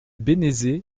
bénezet